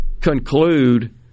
conclude